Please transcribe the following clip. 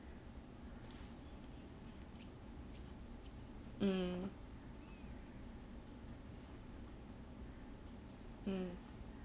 mm mm